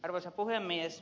arvoisa puhemies